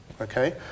Okay